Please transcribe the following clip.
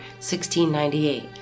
1698